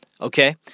okay